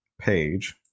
page